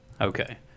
Okay